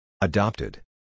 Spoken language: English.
Adopted